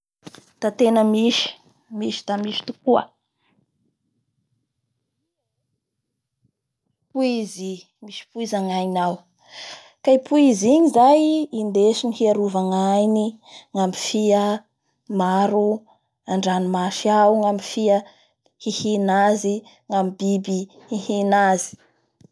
Da tena misy, misy da misy tokoa, ie misy poizy, misy poizy gnagnainy ao. Ka i poizy igny zay andesiny hiarova ngainy nga amin'ny fia maro andranomasy ao, gna amin'ny fia hihina azy, gna amin'ny biby hihina azy;